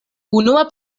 unua